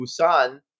Busan